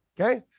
okay